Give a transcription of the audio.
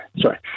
Sorry